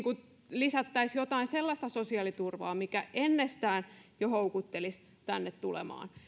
lisättäisiin jotain sellaista sosiaaliturvaa mikä ennestään jo houkuttelisi tänne tulemaan